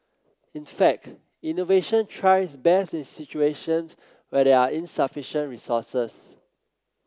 in fact innovation thrives best in situations where there are insufficient resources